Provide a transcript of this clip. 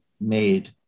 made